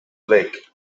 late